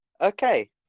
Okay